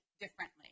differently